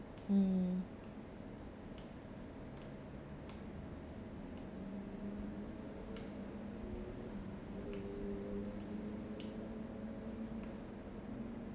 mm